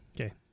okay